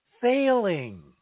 failing